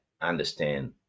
understand